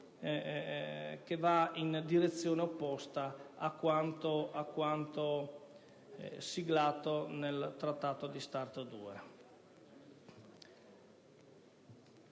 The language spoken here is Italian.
va in direzione opposta a quanto siglato nel Trattato Start 2.